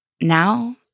now